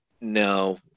No